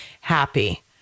happy